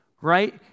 Right